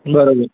બરાબર